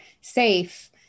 safe